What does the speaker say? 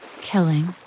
Killing